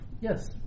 yes